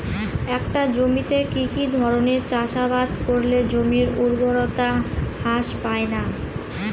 একটা জমিতে কি কি ধরনের চাষাবাদ করলে জমির উর্বরতা হ্রাস পায়না?